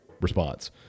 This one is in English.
response